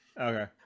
Okay